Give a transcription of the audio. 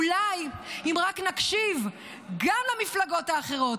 אולי אם רק נקשיב גם למפלגות האחרות,